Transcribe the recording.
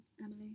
Emily